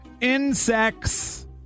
insects